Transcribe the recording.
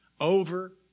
over